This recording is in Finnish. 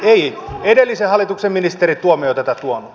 ei edellisen hallituksen ministeri tuomioja tätä tuonut